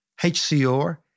HCR